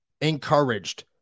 encouraged